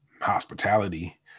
hospitality